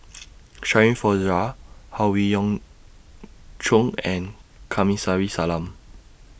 Shirin Fozdar Howe Yoon Chong and Kamsari Salam